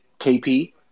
KP